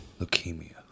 Leukemia